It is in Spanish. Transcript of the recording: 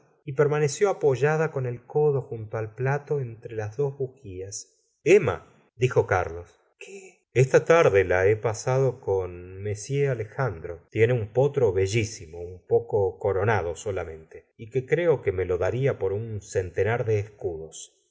y permaneció apoyada con el codo junto al plato entre las dos bujías emma dijo carlos qué esta tarde la he pasado con m alejandro tiene un potro bellísimo un poco coronado solamente y que creo que me lo darla por un centenar de escudos